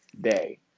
day